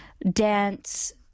dance